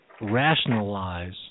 rationalize